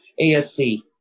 ASC